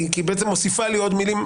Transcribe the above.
בהגדרה זה פגיעה